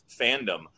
fandom